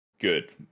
good